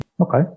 Okay